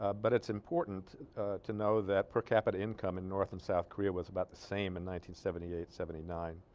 but it's important to know that per-capita income in north and south korea was about the same in nineteen seventy eight seventy nine